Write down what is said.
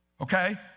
Okay